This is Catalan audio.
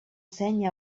seny